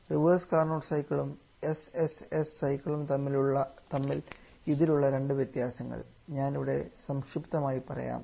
reverse Carnot സൈക്കിളും SSS സൈക്കിളും തമ്മിൽ ഇതിൽ ഉള്ള 2 വ്യത്യാസങ്ങൾ ഞാനിവിടെ സംക്ഷിപ്തമായി പറയാം